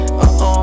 Uh-oh